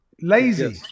Lazy